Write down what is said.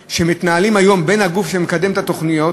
שמתנהלים היום בין הגוף שמקדם את התוכניות